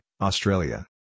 Australia